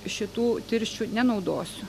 šitų tirščių nenaudosiu